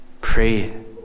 pray